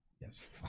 yes